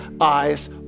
eyes